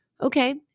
Okay